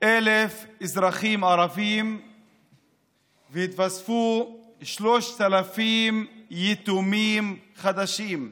1,000 אזרחים ערבים והתווספו 3,000 יתומים חדשים.